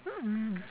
mm